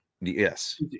Yes